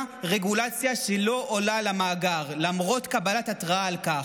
רגולציה שלא עולה למאגר למרות קבלת התראה על כך.